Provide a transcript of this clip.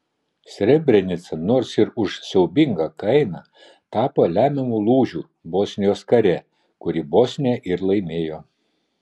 srebrenica nors ir už siaubingą kainą tapo lemiamu lūžiu bosnijos kare kurį bosnija ir laimėjo